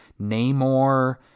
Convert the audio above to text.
namor